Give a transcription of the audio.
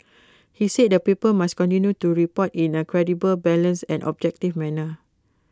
he said the paper must continue to report in A credible balanced and objective manner